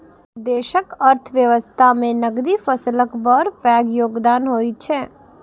देशक अर्थव्यवस्था मे नकदी फसलक बड़ पैघ योगदान होइ छै